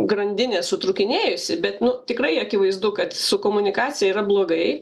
grandinė sutrūkinėjusi bet nu tikrai akivaizdu kad su komunikacija yra blogai